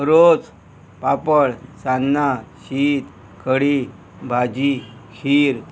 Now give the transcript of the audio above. रोस पापड सान्नां शीत खडी भाजी खीर